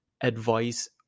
advice